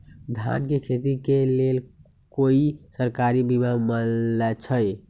धान के खेती के लेल कोइ सरकारी बीमा मलैछई?